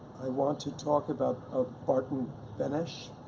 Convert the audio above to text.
i want to talk about ah barton benes,